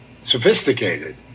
sophisticated